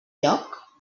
lloc